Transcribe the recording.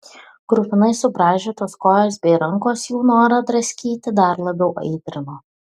kruvinai subraižytos kojos bei rankos jų norą draskyti dar labiau aitrino